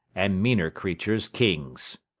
and meaner creatures kings.